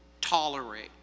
tolerate